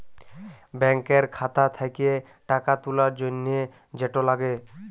ব্যাংকের খাতা থ্যাকে টাকা তুলার জ্যনহে যেট লাগে